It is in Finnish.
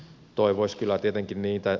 toivoisi kyllä tietenkin niitä